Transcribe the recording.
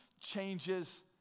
changes